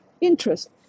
interest